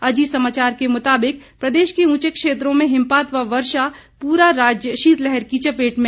अजीत समाचार के मुताबिक प्रदेश के ऊंचे क्षेत्रों में हिमपात व वर्षा पूरा राज्य शीतलहर की चपेट में